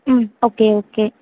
ம் okay okay